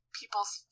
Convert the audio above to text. people's